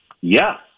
Yes